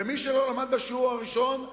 ומי שלא למד בשיעור הראשון,